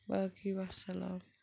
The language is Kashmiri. باقی وَسلام